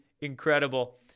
incredible